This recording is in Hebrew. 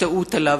שתעוט עליו.